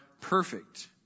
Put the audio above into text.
perfect